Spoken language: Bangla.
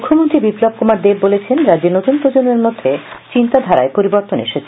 মুথ্যমন্ত্রী বিপ্লব কুমার দেব বলেছেন রাজ্যে নতুন প্রজন্মের মধ্যে চিন্তা ধারার পরিবর্তন এসেছে